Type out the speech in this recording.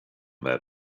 that